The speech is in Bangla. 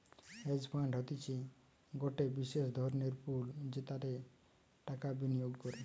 হেজ ফান্ড হতিছে গটে বিশেষ ধরণের পুল যেটাতে টাকা বিনিয়োগ করে